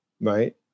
right